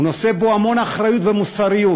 הוא נושא בו המון אחריות ומוסריות.